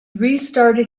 restarted